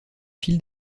fil